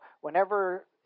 whenever